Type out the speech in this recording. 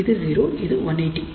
இது0 இது180